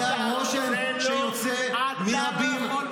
לא נכון.